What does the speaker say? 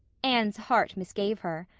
anne's heart misgave her.